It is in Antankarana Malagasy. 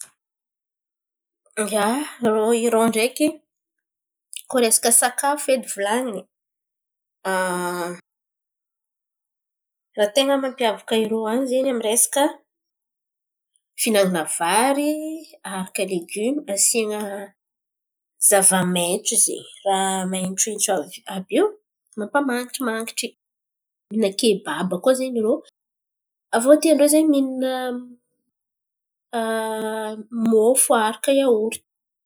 Ia, irô Iran ndreky koa resaka sakafo edy hivolan̈iny. Raha tena mampiavaka irô an̈y zen̈y amin'ny resaka fihinanan̈a vary, aharaka legimo asian̈a zava-maitso zen̈y, raha mahitso hitso àby io mampaman̈ingimangitry, mihin̈a kebaba koa zen̈y irô. Avô tian-drô zen̈y mihin̈ana môfo aharaka iaority.